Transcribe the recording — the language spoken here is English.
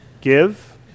give